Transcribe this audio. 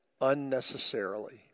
unnecessarily